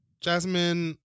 Jasmine